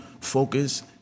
focus